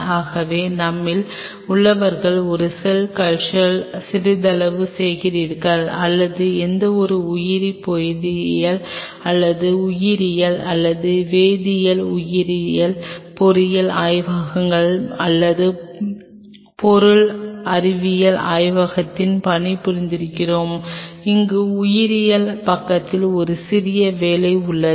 ஆகவே நம்மில் உள்ளவர்கள் ஒரு செல் கல்ச்சர் சிறிதளவு செய்திருக்கிறார்கள் அல்லது எந்தவொரு உயிரி பொறியியல் அல்லது உயிரியல் அல்லது வேதியியல் பொறியியல் ஆய்வகங்கள் அல்லது பொருள் அறிவியல் ஆய்வகத்தில் பணிபுரிந்திருக்கிறோம் அங்கு உயிரியல் பக்கத்தின் சிறிய வேலை உள்ளது